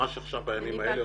ממש עכשיו, בימים אלה.